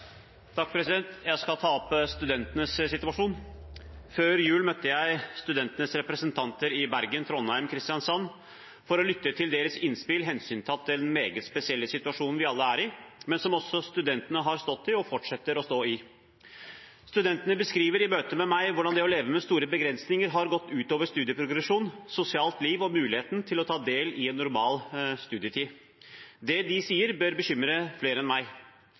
Jeg skal ta opp studentenes situasjon. Før jul møtte jeg studentenes representanter i Bergen, Trondheim og Kristiansand for å lytte til deres innspill hensyntatt den meget spesielle situasjonen vi alle er i, som også studentene har stått i, og fortsetter å stå i. Studentene beskriver i møtet med meg hvordan det å leve med store begrensninger har gått ut over studieprogresjon, sosialt liv og muligheten til å ta del i en normal studietid. Det de sier, bør bekymre flere enn meg.